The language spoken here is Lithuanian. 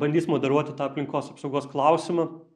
bandys moderuoti tą aplinkos apsaugos klausimą